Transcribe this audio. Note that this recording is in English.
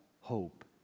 hope